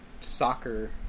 soccer